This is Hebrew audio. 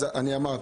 אז אני אמרתי.